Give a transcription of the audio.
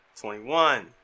twenty-one